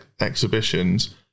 exhibitions